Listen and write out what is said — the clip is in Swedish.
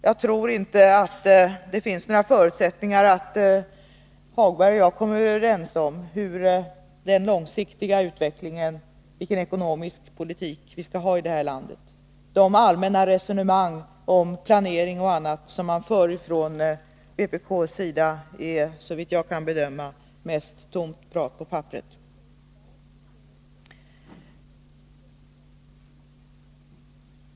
Jag tror inte att det finns några förutsättningar för att Lars-Ove Hagberg och jag kan komma överens om den långsiktiga utvecklingen och om vilken ekonomisk politik vi skall ha i det här landet. De allmänna resonemang om planering och annat som man för från vpk:s sida är, såvitt jag kan bedöma, mest tomt prat.